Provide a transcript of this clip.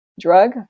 drug